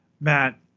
Matt